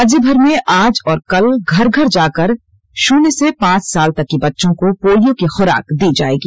राज्यभर में आज घर घर जाकर शुन्य से पांच वर्ष तक के बच्चों को पोलियों की खुराक दी जाएगी